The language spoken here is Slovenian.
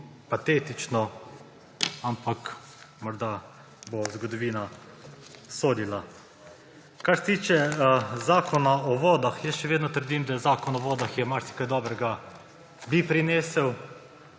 patetično, ampak morda bo zgodovina sodila. Kar se tiče Zakona o vodah. Še vedno trdim, da bi Zakon o vodah marsikaj dobrega prinesel,